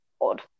odd